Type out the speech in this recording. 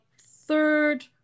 third